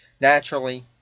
Naturally